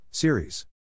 Series